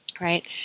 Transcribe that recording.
Right